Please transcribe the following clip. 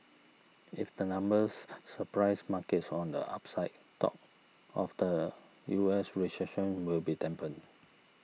if the numbers surprise markets on the upside talk of the U S recession will be dampened